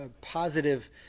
positive